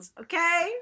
okay